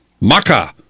Maka